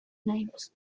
names